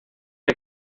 que